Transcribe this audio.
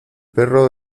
perro